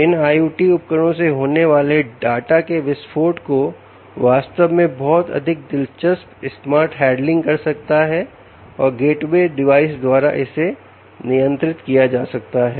इन IOT उपकरणों से होने वाले डाटा के विस्फोट को वास्तव में बहुत अधिक दिलचस्प स्मार्ट हैंडलिंग कर सकता है और गेटवे डिवाइस द्वारा इसे नियंत्रित किया जा सकता है